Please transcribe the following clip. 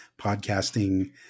podcasting